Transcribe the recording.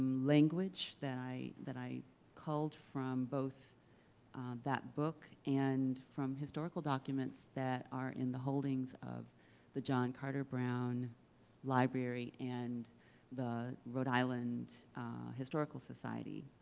language that i that i culled from both that book and from historical documents that are in the holdings of the john carter brown library and the rhode island historical society.